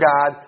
God